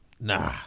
nah